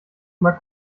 mal